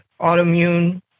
autoimmune